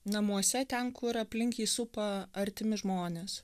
namuose ten kur aplink jį supa artimi žmonės